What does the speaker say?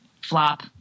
flop